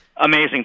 amazing